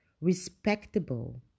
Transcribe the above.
respectable